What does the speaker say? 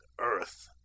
earth